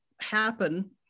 happen